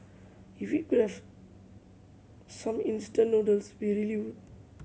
if we could have some instant noodles we really would